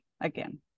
again